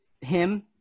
him-